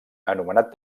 anomenat